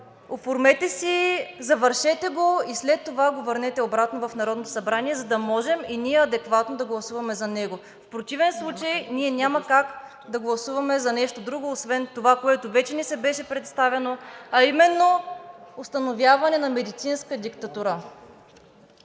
оформете, завършете го и след това го върнете обратно в Народното събрание, за да можем и ние адекватно да гласуваме за него. В противен случай ние няма как да гласуваме за нещо друго, освен това, което вече ни беше представено, а именно установяване на медицинска диктатура.